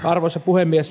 arvoisa puhemies